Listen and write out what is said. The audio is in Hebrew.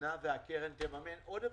והמדינה והקרן יממנו עוד פעם.